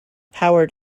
howard